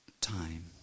time